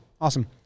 Awesome